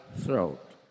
throat